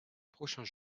prochains